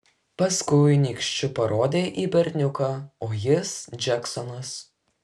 paskui nykščiu parodė į berniuką o jis džeksonas